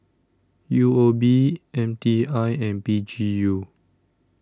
U O B M T I and P G U